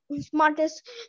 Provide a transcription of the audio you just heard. smartest